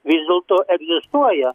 vis dėlto egzistuoja